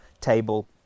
table